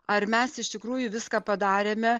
ar mes iš tikrųjų viską padarėme